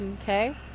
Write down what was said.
okay